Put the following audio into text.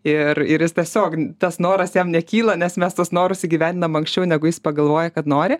ir ir jis tiesiog tas noras jam nekyla nes mes tuos norus įgyvendinam anksčiau negu jis pagalvoja kad nori